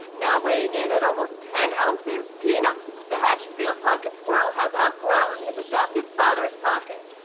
now weighing in at almost ten ounces, peanuts the hatchetfield pocket squirrel has outgrown his adopted father's pocket.